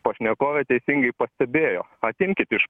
pašnekovė teisingai pastebėjo atimkit iš